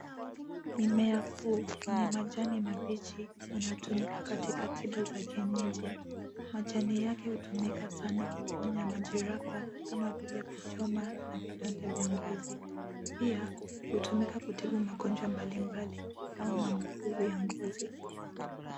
Mimea huu wenye majani mabichi unatumika katika tiba za kienyeji. Majani yake hutumika Sana kuponya majereha kama vile kuchoma na vidonda vya ngozi. Pia hutumika kutibu magonjwa mbalimbali kama maabukizi ya ngozi.